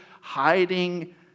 hiding